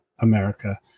America